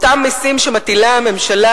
אותם מסים שמטילה הממשלה,